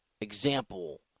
example